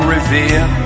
Revere